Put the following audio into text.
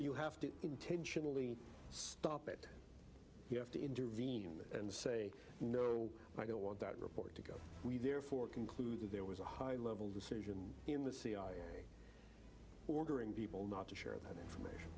you have to intentionally stop it you have to intervene and say no i don't want that report to go we therefore conclude that there was a high level decision in the cia ordering people not to share that information